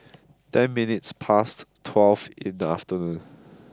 ten minutes past twelve in the afternoon